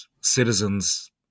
citizens